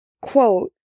quote